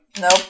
Nope